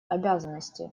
обязанности